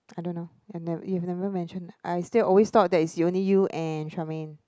I don't know I ne~ you've never mentioned I still always thought that it's only you and Charmaine